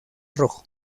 rojo